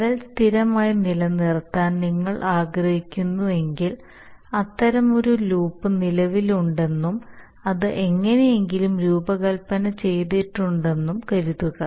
level സ്ഥിരമായി നിലനിർത്താൻ നിങ്ങൾ ആഗ്രഹിക്കുന്നുവെങ്കിൽ അത്തരമൊരു ലൂപ്പ് നിലവിലുണ്ടെന്നും അത് എങ്ങനെയെങ്കിലും രൂപകൽപ്പന ചെയ്തിട്ടുണ്ടെന്നും കരുതുക